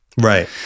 Right